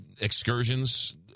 excursions